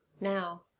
Now